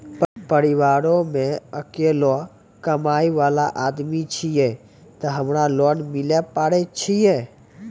परिवारों मे अकेलो कमाई वाला आदमी छियै ते हमरा लोन मिले पारे छियै?